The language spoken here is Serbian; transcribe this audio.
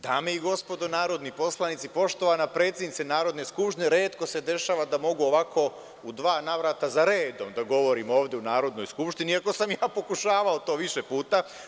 Dame i gospodo narodni poslanici, poštovana predsednice Narodne skupštine, retko se dešava da mogu ovako u dva navrata za redom da govorim ovde u Narodnoj skupštini, iako sam ja pokušavao to više puta.